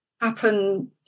happen